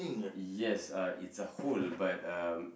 yes uh it's a hole but um